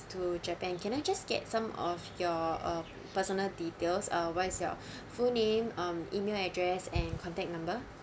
to japan can I just get some of your uh personal details uh what is your full name um email address and contact number